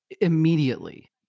immediately